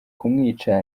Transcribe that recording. kumwica